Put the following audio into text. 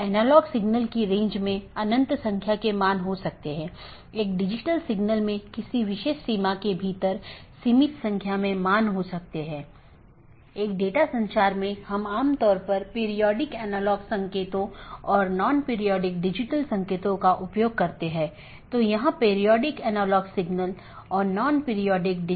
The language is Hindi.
ऑटॉनमस सिस्टम के अंदर OSPF और RIP नामक प्रोटोकॉल होते हैं क्योंकि प्रत्येक ऑटॉनमस सिस्टम को एक एडमिनिस्ट्रेटर कंट्रोल करता है इसलिए यह प्रोटोकॉल चुनने के लिए स्वतंत्र होता है कि कौन सा प्रोटोकॉल उपयोग करना है